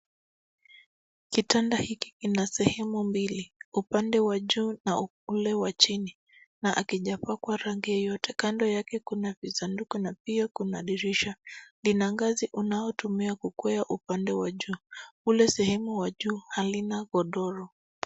Kitanda hiki kina sehemu mbili upande wa juu na upande wa chini na akijapakwa rangi yoyote, kando yake kuna masanduku na dirisha ,lina ngazi inayotumiwa kukwea upande wa juu. Kule sehemu ya juu hakuna godoro.